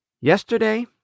Yesterday